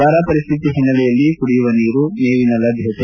ಬರ ಪರಿಶ್ಶಿತಿ ಹಿನ್ನೆಲೆಯಲ್ಲಿ ಕುಡಿಯುವ ನೀರು ಮೇವಿನ ಲಭ್ಯತೆ